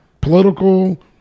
political